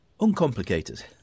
uncomplicated